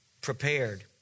prepared